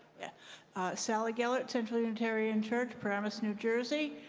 yeah sally gellert, central unitarian church, paramus, new jersey.